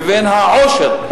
לבין העושר.